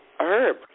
herb